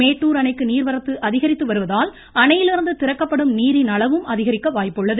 மேட்டுர் அணைக்கு நீர்வரத்து அதிகரித்து வருவதால் அணையிலிருந்து திறக்கப்படும் நீரின் அளவும் அதிகரிக்க வாய்ப்புள்ளது